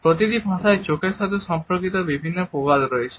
প্রতিটি ভাষায় চোখের সাথে সম্পর্কিত বিভিন্ন প্রবাদ রয়েছে